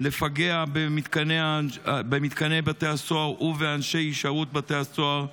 לפגע במתקני בתי הסוהר ובאנשי שירות בתי הסוהר,